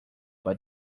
but